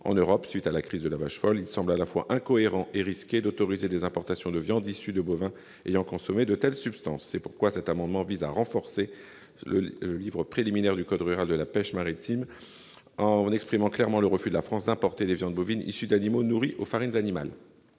en Europe, à la suite de la crise de la vache folle, il semble à la fois incohérent et risqué d'autoriser des importations de viandes issues de bovins ayant consommé de telles substances. C'est pourquoi cet amendement vise à renforcer le livre préliminaire du code rural et de la pêche maritime, en exprimant clairement le refus de la France d'importer des viandes bovines issues d'animaux nourris aux farines animales.